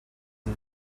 and